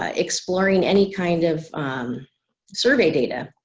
ah exploring any kind of survey data.